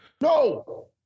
No